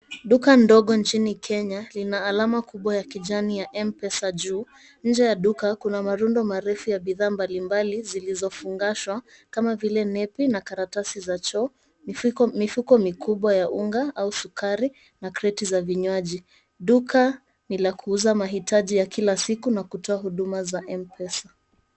Duka ndogo nchini Kenya lina alama kubwa la kijani la Mpesa juu nje ya duka kuna marundo marefu ya bidhaa mbalimbali zilizofungashwa kama vile nepi na karatasi za choo, mifuko mikubwa ya unga au sukari na kreti za vinyuaji. Duka ni la kuuza mahitaji ya kila siku na kutoa huduma za Mpesa.